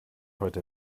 heute